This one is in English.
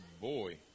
boy